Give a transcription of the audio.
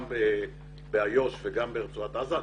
גם באיו"ש וגם ברצועת עזה.